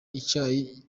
icyayi